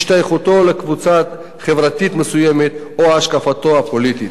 השתייכותו לקבוצה חברתית מסוימת או השקפתו הפוליטית.